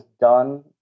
done